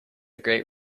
great